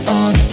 on